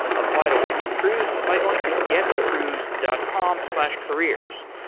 apply to work at cruise by going to getcruise dot com slash careers.